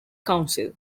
council